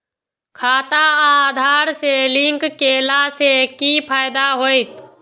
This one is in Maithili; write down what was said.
खाता आधार से लिंक केला से कि फायदा होयत?